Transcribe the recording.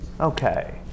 Okay